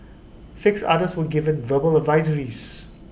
six others were given verbal advisories